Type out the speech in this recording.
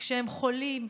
כשהם חולים,